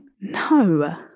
No